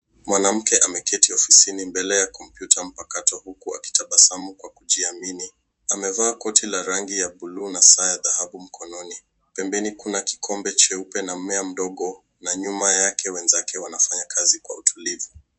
Mwanamke ameketi ofisini mbele ya kompyuta mpakato huku akitabasamu kwa kujiamini. Amevaa koti la rangi ya bluu na saa ya dhahabu mkononi. Pembeni kuna kikombe cheupe na mmea mdogo na nyuma yake wenzake wanafanya kazi kwa utulivu.